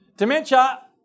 Dementia